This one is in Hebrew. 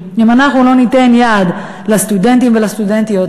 אם אנחנו לא ניתן יד לסטודנטים ולסטודנטיות,